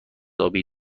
آبی